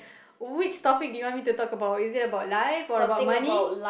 which topic do you want me to talk about is it about life or about money